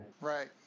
Right